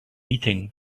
eating